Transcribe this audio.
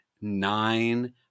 nine